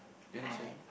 Addam's Family